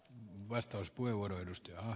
herra puhemies